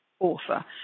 author